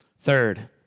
Third